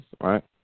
right